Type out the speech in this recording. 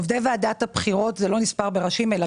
עובדי ועדת הבחירות זה לא נספר בראשים אלא